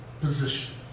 position